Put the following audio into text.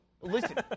Listen